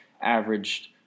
averaged